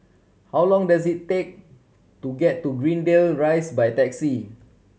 how long does it take to get to Greendale Rise by taxi